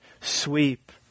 sweep